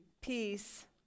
peace